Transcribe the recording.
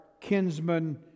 kinsman